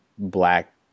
Black